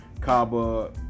kaba